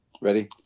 ready